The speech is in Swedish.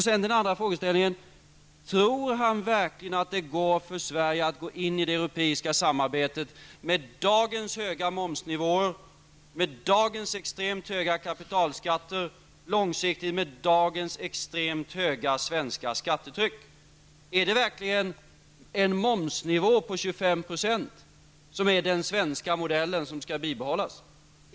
Så den andra frågan: Tror Allan Larsson verkligen att Sverige kan gå in i det europeiska samarbetet med dagens höga momsnivåer, med dagens extremt höga kapitalskatter, och långsiktigt med dagens extremt höga skattetryck? Är det verkligen en momsnivå på 25 % som är den svenska modellen som skall bibehållas?